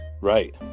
Right